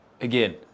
Again